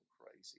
crazy